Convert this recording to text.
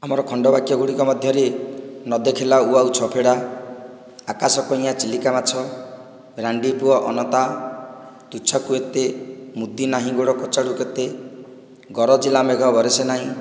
ଆମର ଖଣ୍ଡ ବାକ୍ୟ ଗୁଡ଼ିକ ମଧ୍ୟରେ ନଦେଖିଲା ଓଉ ଛଅ ଫଡ଼ା ଆକାଶ କୟାଁ ଚିଲିକା ମାଛ ରାଣ୍ଡି ପୁଅ ଅନନ୍ତା ତୁଚ୍ଛାକୁ ଏତେ ମୁଦି ନାହିଁ ଗୋଡ଼ କଚାଡ଼ୁ କେତେ ଗରଜିଲା ମେଘ ବରଷେ ନାହିଁ